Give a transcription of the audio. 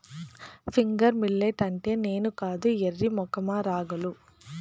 finger millet అంటే నేను కాదు ఎర్రి మొఖమా రాగులు